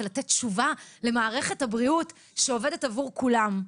ולתת תשובה למערכת הבריאות שעובדת עבור כולם.